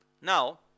Now